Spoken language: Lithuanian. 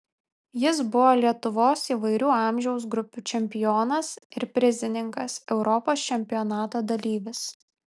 jis buvo lietuvos įvairių amžiaus grupių čempionas ir prizininkas europos čempionato dalyvis